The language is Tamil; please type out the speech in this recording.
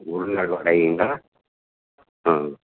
இது ஒரு நாள் வாடகைங்களா ம்